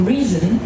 Reason